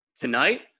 Tonight